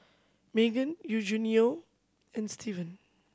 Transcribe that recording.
Maegan Eugenio and Stevan